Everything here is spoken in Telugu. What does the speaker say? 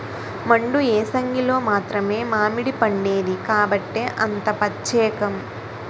మండు ఏసంగిలో మాత్రమే మావిడిపండేది కాబట్టే అంత పచ్చేకం